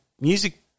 music